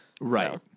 Right